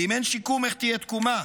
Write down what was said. ואם אין שיקום, איך תהיה תקומה?